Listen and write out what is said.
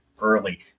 early